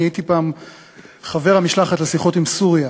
אני הייתי פעם חבר המשלחת לשיחות עם סוריה.